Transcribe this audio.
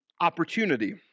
opportunity